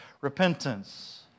repentance